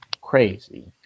crazy